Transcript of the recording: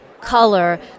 color